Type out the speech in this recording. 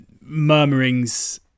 murmurings